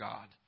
God